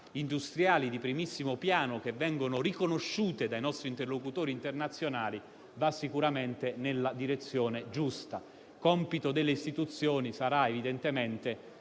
industriali di primissimo piano che vengono riconosciute dai nostri interlocutori internazionali, va sicuramente nella direzione giusta. Compito delle istituzioni sarà evidentemente